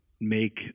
make